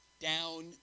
down